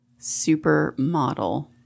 Supermodel